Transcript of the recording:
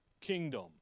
kingdom